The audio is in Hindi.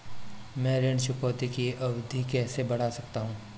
मैं ऋण चुकौती की अवधि कैसे बढ़ा सकता हूं?